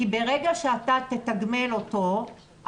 כי ברגע שאתה תתגמל אותו,